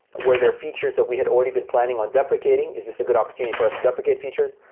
were there features that we had already been planning on deprecating? is this a good opportunity for us to deprecate features?